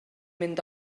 mynd